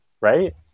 right